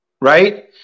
right